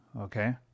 okay